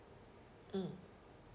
mm